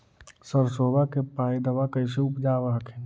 सरसोबा के पायदबा कैसे उपजाब हखिन?